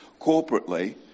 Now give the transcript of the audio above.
corporately